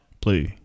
blue